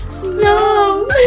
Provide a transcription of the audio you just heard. no